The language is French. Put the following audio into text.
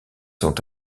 sont